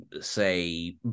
say